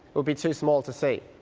it would be too small to see.